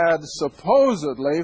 supposedly